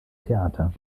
theater